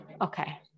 Okay